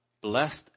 blessed